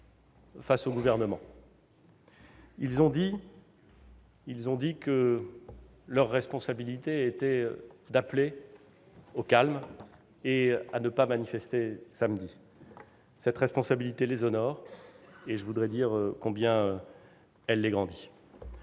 face au Gouvernement. Ils ont dit que leur responsabilité était d'appeler au calme et à ne pas manifester samedi. Cette responsabilité les honore, et je voudrais dire combien elle les grandit.